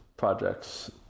projects